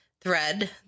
thread